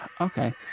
Okay